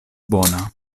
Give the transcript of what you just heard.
bona